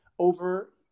over